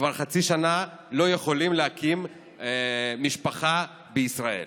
כבר חצי שנה לא יכולים להקים משפחה בישראל,